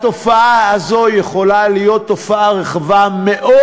התופעה הזאת יכולה להיות רחבה מאוד,